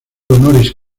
honoris